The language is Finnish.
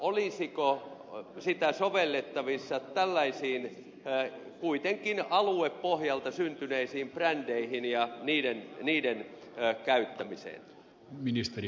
olisiko sitä sovellettavissa tällaisiin kuitenkin aluepohjalta syntyneisiin brändeihin ja niiden käyttämiseen